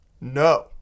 No